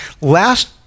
Last